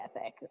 ethic